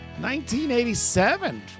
1987